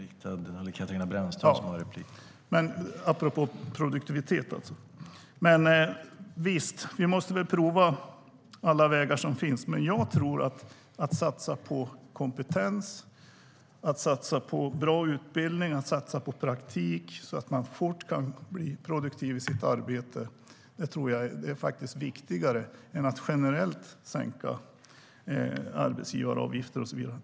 )Visst måste vi väl prova alla vägar som finns. Men att satsa på kompetens, bra utbildning och praktik, så att man fort kan bli produktiv i sitt arbete, tror jag är viktigare än att generellt sänka arbetsgivaravgifter och så vidare.